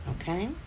okay